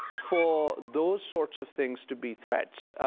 for those sorts of things to be threats.